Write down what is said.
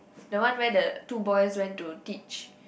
the one where the two boys went to teach